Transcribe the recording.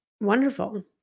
wonderful